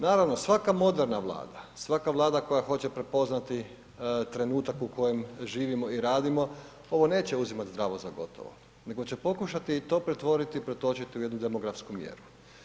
Naravno, svaka moderna Vlada, svaka Vlada koja hoće prepoznati trenutak u kojem živimo i radimo ovo neće uzimat zdravo za gotovo, nego će pokušati i to pretvoriti i pretočiti u jednu demografsku mjeru.